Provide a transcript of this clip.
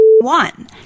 One